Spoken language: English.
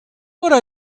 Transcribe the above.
what